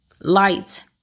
Light